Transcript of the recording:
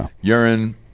urine